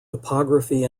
topography